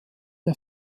der